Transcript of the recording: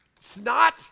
snot